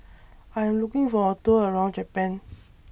I Am looking For A Tour around Japan